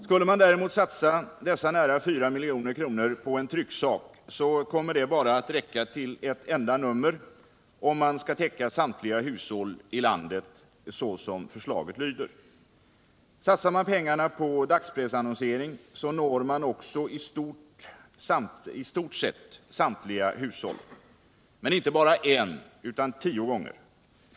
Skulle man däremot satsa dessa nära 4 milj.kr. på en trycksak, skulle det bara räcka till ett enda nummer, om man — som förslaget lyder — skall täcka samtliga hushåll i landet. Med en dagspressannonsering når man också i stort sett samtliga hushåll — inte bara en utan tio gånger.